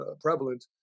prevalent